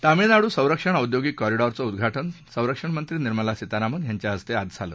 तामिळनाडू संरक्षण औद्योगिक कॉरिडॉरचं उद्घाटन संरक्षणमंत्री निर्मला सीतारामन यांच्या हस्ते आज झाल